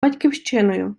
батьківщиною